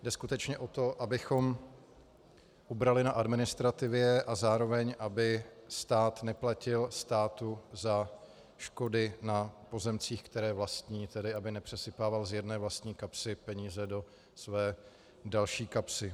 Jde skutečně o to, abychom ubrali na administrativě a zároveň aby stát neplatil státu za škody na pozemcích, které vlastní, tedy aby nepřesypával z jedné vlastní kapsy peníze do své další kapsy.